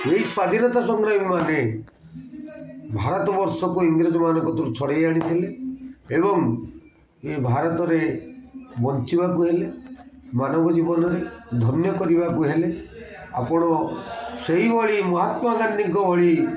ଏଇ ସ୍ୱାଧୀନତା ସଂଗ୍ରାମୀମାନେ ଭାରତବର୍ଷକୁ ଇଂରେଜମାନଙ୍କ ଠାରୁ ଛଡ଼ାଇ ଆଣିଥିଲେ ଏବଂ ଏ ଭାରତରେ ବଞ୍ଚିବାକୁ ହେଲେ ମାନବ ଜୀବନରେ ଧନ୍ୟ କରିବାକୁ ହେଲେ ଆପଣ ସେଇଭଳି ମହାତ୍ମାଗାନ୍ଧୀଙ୍କ ଭଳି